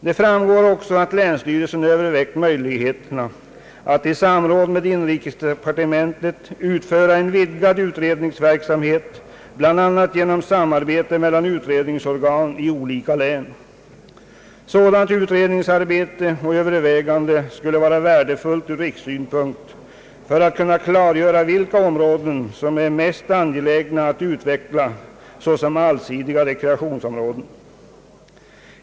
Det framgår också att länsstyrelsen övervägt möjligheterna att i samråd med inrikesdepartementet utföra en vidgad utredningsverksamhet bl.a. genom samarbete mellan utredningsorgan i olika län. Sådant utredningsarbete och övervägande skulle vara värdefullt ur rikssynpunkt för att kunna klargöra vilka områden som är mest angelägna att utveckla såsom allsidiga rekreationsområden.